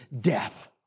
death